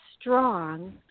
strong